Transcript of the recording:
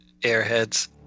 Airheads